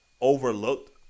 overlooked